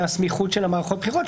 מהסמיכות של מערכות הבחירות,